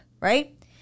right